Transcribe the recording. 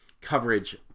coverage